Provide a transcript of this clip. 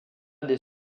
des